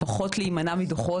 להימנע פחות מדוחות.